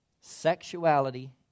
sexuality